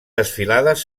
desfilades